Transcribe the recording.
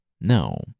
No